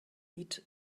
eat